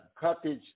Cottage